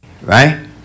right